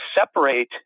separate